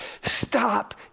stop